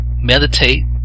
meditate